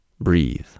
Breathe